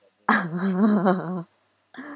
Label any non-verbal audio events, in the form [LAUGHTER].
[LAUGHS] [BREATH]